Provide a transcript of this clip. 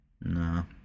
no